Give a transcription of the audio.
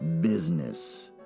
business